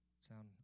sound